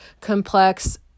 complex